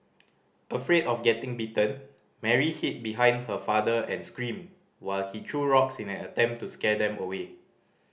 afraid of getting bitten Mary hid behind her father and screamed while he threw rocks in an attempt to scare them away